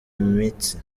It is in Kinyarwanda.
imitsi